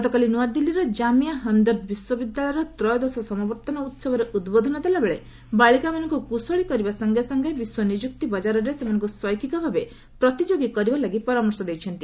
ଗତକାଲି ନ୍ନଆଦିଲ୍ଲୀର କାମିଆ ହମ୍ଦର୍ଦ୍ଦ ବିଶ୍ୱବିଦ୍ୟାଳୟର ତ୍ରୟୋଦଶ ସମାବର୍ଭନ ଉତ୍ସବରେ ଉଦ୍ବୋଧନ ଦେଲାବେଳେ ବାଳିକାମାନଙ୍କୁ କୁଶଳୀ କରିବା ସଙ୍ଗେ ସଙ୍ଗେ ବିଶ୍ୱ ନିଯୁକ୍ତି ବକାରରେ ସେମାନଙ୍କୁ ଶୈଖିକ ଭାବେ ପ୍ରତିଯୋଗି କରିବା ଲାଗି ପରାମର୍ଶ ଦେଇଛନ୍ତି